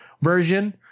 version